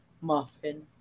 Muffin